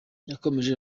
yakomeje